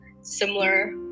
similar